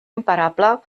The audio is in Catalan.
imparable